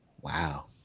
Wow